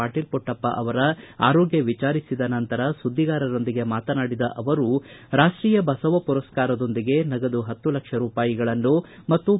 ಪಾಟೀಲ ಪುಟ್ಟಪ್ಪ ಅವರ ಆರೋಗ್ಯ ವಿಚಾರಿಸಿದ ನಂತರ ಸುದ್ದಿಗಾರರೊಂದಿಗೆ ಮಾತನಾಡಿದ ಅವರು ರಾಷ್ಟೀಯ ಬಸವ ಪುರಸ್ಕಾರದೊಂದಿಗೆ ನಗದು ಪತ್ತು ಲಕ್ಷ ರೂಪಾಯಿಗಳನ್ನು ಮತ್ತು ಡಾ